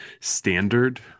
standard